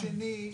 מצד שני,